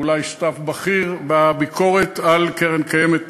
אולי שותף בכיר, בביקורת על קרן קיימת לישראל.